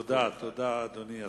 תודה, תודה, אדוני השר.